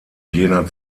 jener